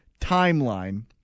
timeline